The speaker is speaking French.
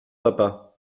papa